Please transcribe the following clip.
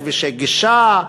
כבישי גישה,